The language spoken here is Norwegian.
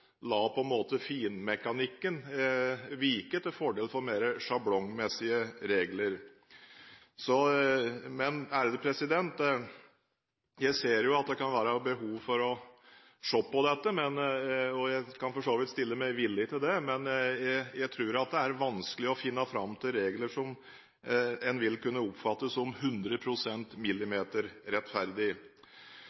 la «finmekanikken» vike til fordel for mer sjablongmessige regler. Jeg ser at det kan være behov for å se på dette, og jeg kan for så vidt stille meg villig til det, men jeg tror det er vanskelig å finne fram til regler som vil kunne oppfattes som